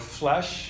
flesh